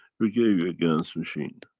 we gave you a gans machine